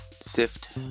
SIFT